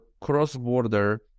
cross-border